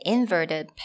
Inverted